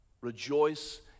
rejoice